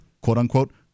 quote-unquote